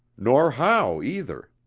nor how either!